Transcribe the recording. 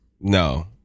No